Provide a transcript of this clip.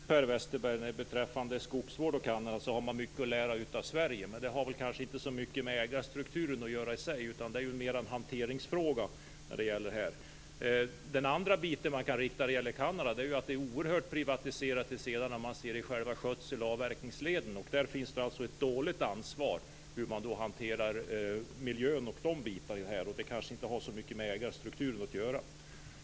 Fru talman! Det är alldeles riktigt, Per Westerberg, att man beträffande bl.a. skogsvård har mycket att lära av Sverige, men det har kanske inte så mycket att göra med ägarstrukturen i sig, utan det är mera en hanteringsfråga. Den andra synpunkten som man kan anföra när det gäller Kanada är att skötsel och avverkningsleden är oerhört privatiserade. Man visar ett dåligt ansvar bl.a. vad gäller hanteringen av miljön, men det har kanske inte så mycket med ägarstrukturen att göra.